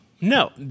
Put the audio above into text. No